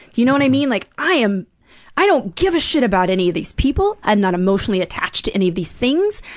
you know what i mean? like, i am i don't give a shit about any of these people. i'm not emotionally attached to any of these things.